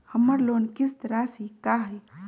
हमर लोन किस्त राशि का हई?